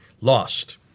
Lost